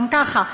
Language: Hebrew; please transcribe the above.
גם ככה,